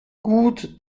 gut